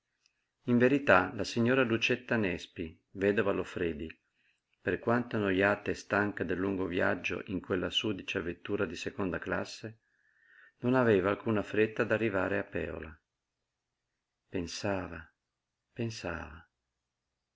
in verità la signora lucietta nespi vedova loffredi per quanto annojata e stanca del lungo viaggio in quella sudicia vettura di seconda classe non aveva alcuna fretta d'arrivare a pèola pensava pensava